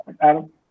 Adam